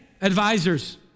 advisors